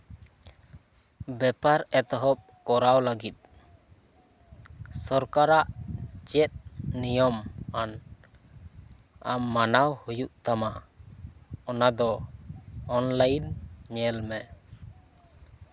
ᱵᱮᱯᱟᱨ ᱮᱛᱚᱦᱚᱵ ᱠᱚᱨᱟᱣ ᱞᱟᱹᱜᱤᱫ ᱥᱚᱨᱠᱟᱨᱟᱜ ᱪᱮᱫ ᱱᱤᱭᱚᱢ ᱟᱹᱱ ᱟᱢ ᱢᱟᱱᱟᱣ ᱦᱩᱭᱩᱜ ᱛᱟᱢᱟ ᱚᱱᱟᱫᱚ ᱚᱱᱞᱟᱹᱭᱤᱱ ᱧᱮᱞ ᱢᱮ